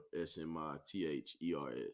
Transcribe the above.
S-M-I-T-H-E-R-S